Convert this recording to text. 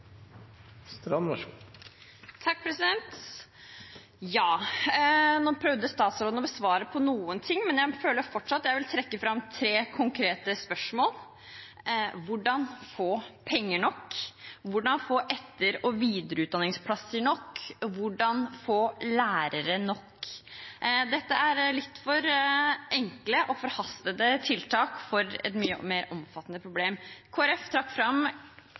Strand har hatt ordet to ganger tidligere og får ordet til en kort merknad, begrenset til 1 minutt. Nå prøvde statsråden å svare på noe, men jeg føler fortsatt at jeg vil trekke fram tre konkrete spørsmål: Hvordan få penger nok? Hvordan få videre- og etterutdanningsplasser nok? Hvordan få lærere nok? Dette er litt for enkle og forhastede tiltak for et mye mer omfattende problem.